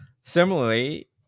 similarly